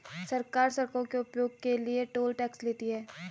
सरकार सड़कों के उपयोग के लिए टोल टैक्स लेती है